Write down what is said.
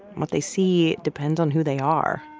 what they see depends on who they are